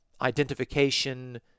identification